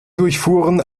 durchfuhren